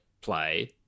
play